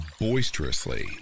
boisterously